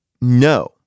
no